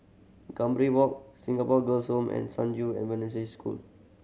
Gambir Walk Singapore Girls' Home and San School